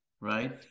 right